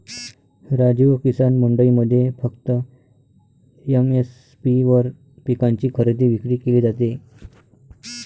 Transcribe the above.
राजू, किसान मंडईमध्ये फक्त एम.एस.पी वर पिकांची खरेदी विक्री केली जाते